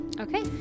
Okay